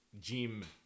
gym